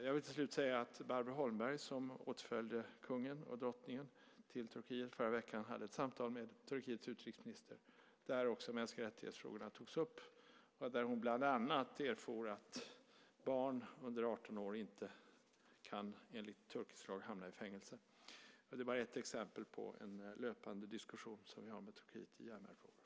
Jag vill till slut säga att Barbro Holmberg, som åtföljde kungen och drottningen till Turkiet förra veckan hade ett samtal med Turkiets utrikesminister där också frågorna om mänskliga rättigheter togs upp. Det var där hon bland annat erfor att barn under 18 år enligt turkisk lag inte kan hamna i fängelse. Det är bara ett exempel på en löpande diskussion som vi har med Turkiet i allmänna frågor.